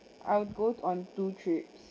I'll go on on two trips